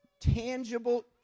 tangible